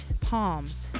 palms